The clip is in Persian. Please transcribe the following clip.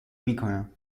میکنم